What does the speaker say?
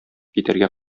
китәргә